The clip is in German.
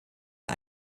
der